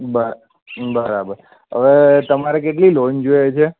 બર બરાબર હવે તમારે કેટલી લોન જોઈએ છે